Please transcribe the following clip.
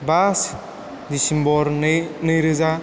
बा दिसेम्बर नै रोजा